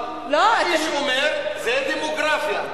האיש אומר: זה דמוגרפיה.